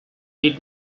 did